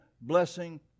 blessing